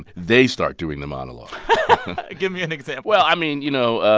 they start doing the monologue give me an example well, i mean, you know,